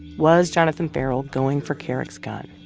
was jonathan ferrell going for kerrick's gun?